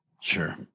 Sure